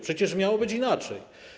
Przecież miało być inaczej.